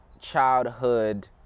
childhood